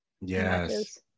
yes